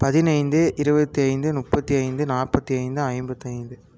பதினைந்து இருபத்தி ஐந்து முப்பத்தி ஐந்து நாற்பத்தி ஐந்து ஐம்பத்து ஐந்து